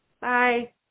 Bye